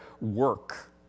work